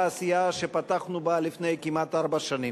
עשייה שפתחנו בה לפני כמעט ארבע שנים.